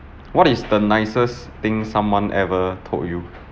what is the nicest thing someone ever told you